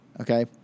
Okay